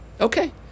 Okay